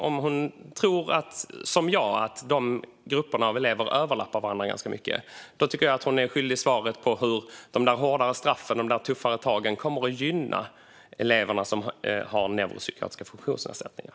Om hon som jag tror att de grupperna av elever överlappar varandra ganska mycket är hon skyldig mig svaret på hur de hårdare straffen och de tuffare tagen kommer att gynna elever med neuropsykiatriska funktionsnedsättningar.